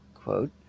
quote